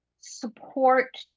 support